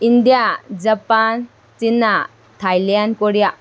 India Japan China Thailand Korea